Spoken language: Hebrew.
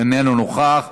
איננו נוכח.